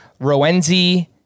Rowenzi